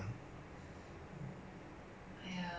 left one stock eh I 差一点买 eh